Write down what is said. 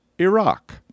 iraq